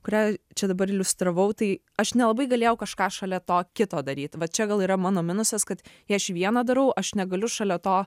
kurią čia dabar iliustravau tai aš nelabai galėjau kažką šalia to kito daryt va čia gal yra mano minusas kad jei aš vieną darau aš negaliu šalia to